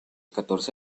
catorce